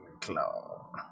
Claw